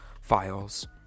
files